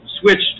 switched